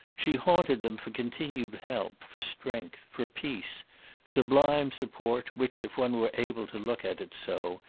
she haunted them for continued help, for strength, for peace sublime support which, if one were able to look at it so,